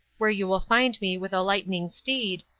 where you will find me with a lightning steed,